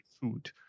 food